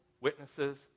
witnesses